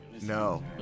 No